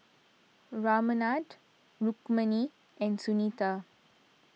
Ramanand Rukmini and Sunita